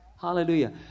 Hallelujah